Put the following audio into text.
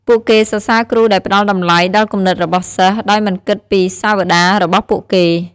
ពួកគេសរសើរគ្រូដែលផ្តល់តម្លៃដល់គំនិតរបស់សិស្ស ដោយមិនគិតពីសាវតារបស់ពួកគេ។